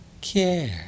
care